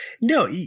No